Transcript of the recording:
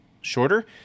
shorter